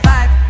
Five